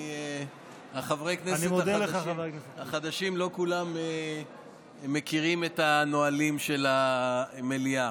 חברי הכנסת החדשים לא כולם מכירים את הנהלים של המליאה.